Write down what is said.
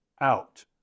out